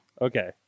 Okay